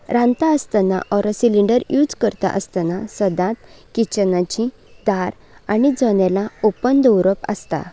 रांदता आसतना or cylinder use करता आसतना सदांत किचनाची दार आनीजनेलां ओपन दवरप आसता